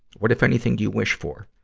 what, if anything, do you wish for?